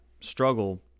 struggle